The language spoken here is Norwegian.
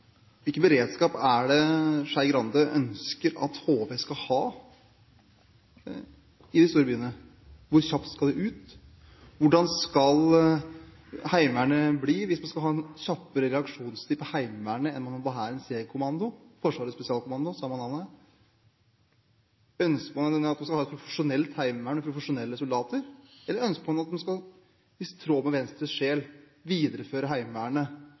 Hvilken beredskap er det Skei Grande ønsker at HV skal ha i de store byene? Hvor kjapt skal de ut? Hvordan skal Heimevernet bli hvis man skal ha en kjappere reaksjonstid for Heimevernet enn man har for Hærens Jegerkommando/Forsvarets Spesialkommando? Ønsker man at man skal ha et profesjonelt heimevern med profesjonelle soldater? Ønsker man, i tråd med Venstres sjel, å videreføre Heimevernet